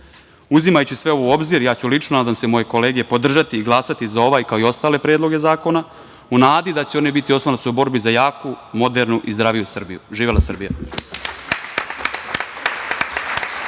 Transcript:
oblasti. Uzimajući sve u obzir, ja ću lično, nadam se i moje kolege podržati i glasati za ovaj, kao i ostale predloge zakona, u nadi da će oni biti oslonac u borbi za jaku, modernu i zdraviju Srbiju. Živela Srbija.